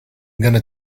gonna